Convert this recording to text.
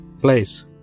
place